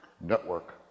network